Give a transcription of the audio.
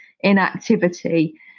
inactivity